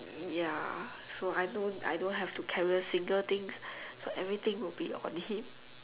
ya so I don't I don't have to carry a single thing so everything would be on him